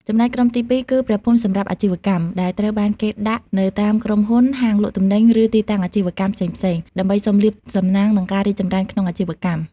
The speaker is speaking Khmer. ចំណែកក្រុមទីពីរគឺ ព្រះភូមិសម្រាប់អាជីវកម្ម ដែលត្រូវបានគេដាក់នៅតាមក្រុមហ៊ុន ហាងលក់ទំនិញ ឬទីតាំងអាជីវកម្មផ្សេងៗ ដើម្បីសុំលាភសំណាង និងការរីកចម្រើនក្នុងអាជីវកម្ម។